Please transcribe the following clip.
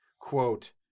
quote